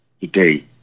today